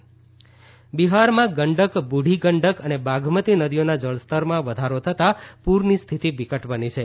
બિહાર પૂર બિહારમાં ગંડક બુઢી ગંડક અને બાધમતી નદીઓના જળસ્તરમાં વધારો થતાં પૂરની સ્થિતિ વિકટ બની છે